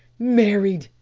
married,